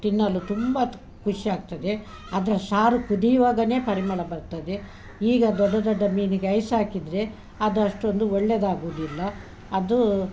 ತಿನ್ನಲು ತುಂಬಾ ಖುಷಿ ಆಗ್ತದೆ ಅದ್ರ ಸಾರು ಕುದಿಯುವಾಗನೇ ಪರಿಮಳ ಬರ್ತದೆ ಈಗ ದೊಡ್ಡ ದೊಡ್ಡ ಮೀನಿಗೆ ಐಸ್ ಹಾಕಿದರೆ ಅದಷ್ಟೊಂದು ಒಳ್ಳೆಯದಾಗುವುದಿಲ್ಲ ಅದು